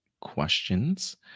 questions